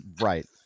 Right